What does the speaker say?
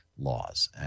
Laws